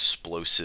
explosive